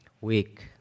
week